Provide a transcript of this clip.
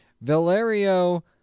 Valerio